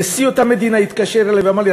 נשיא אותה מדינה התקשר אלי ואמר לי,